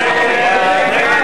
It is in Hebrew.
ההסתייגות